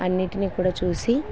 అన్నిటినీ కూడా చూసి